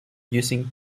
using